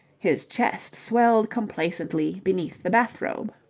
his chest swelled complacently beneath the bath-robe.